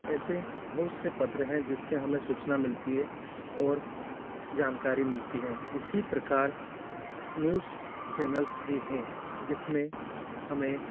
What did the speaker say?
ऐसे बहुत से पात्र हैं जिससे हमें सूचना मिलती है और जानकारी मिलती है इसी प्रकार न्यूज़ चैनलस भी है जिसमें हमें